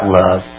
love